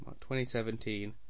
2017